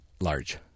large